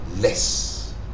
less